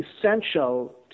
essential